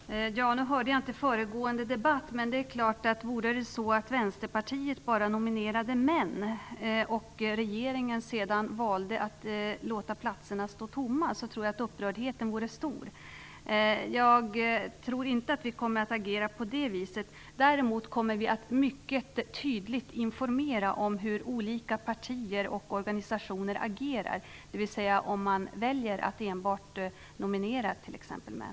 Herr talman! Jag hörde inte föregående debatt, men jag kan ju säga att om Vänsterpartiet bara nominerade män och regeringen sedan valde att låta platserna stå tomma tror jag att upprördheten skulle bli stor. Jag tror inte att vi kommer att agera på det viset. Däremot kommer vi att mycket tydligt informera om hur olika partier och organisationer agerar, dvs. om man väljer att enbart nominera t.ex. män.